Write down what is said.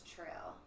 Trail